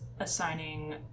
assigning